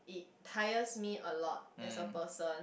it tires me a lot as a person